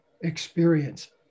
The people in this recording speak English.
experience